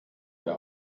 der